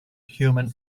human